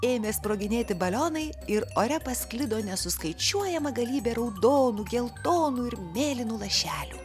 ėmė sproginėti balionai ir ore pasklido nesuskaičiuojama galybė raudonų geltonų ir mėlynų lašelių